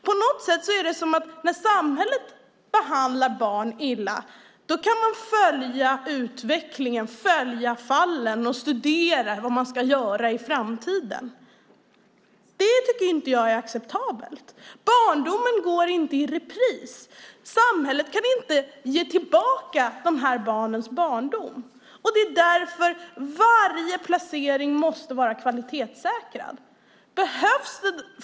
På något sätt är det som att man när det är samhället som behandlar barn illa kan följa utvecklingen, följa fallen och studera vad man ska göra i framtiden. Det tycker jag inte är acceptabelt. Barndomen går inte i repris. Samhället kan inte ge tillbaka dessa barns barndom, och det är därför varje placering måste vara kvalitetssäkrad.